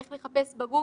איך לחפש בגוגל.